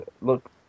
look